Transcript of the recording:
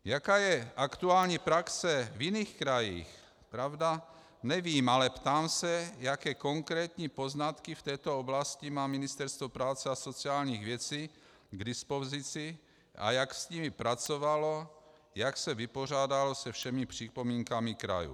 Jaká je aktuální praxe v jiných krajích, pravda, nevím, ale ptám se, jaké konkrétní poznatky v této oblasti má Ministerstvo práce a sociálních věcí k dispozici a jak s nimi pracovalo, jak se vypořádalo se všemi připomínkami krajů.